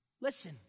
Listen